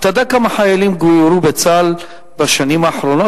אתה יודע כמה חיילים גוירו בצה"ל בשנים האחרונות?